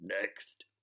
next